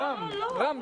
רם צודק.